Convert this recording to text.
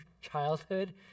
childhood